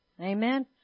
Amen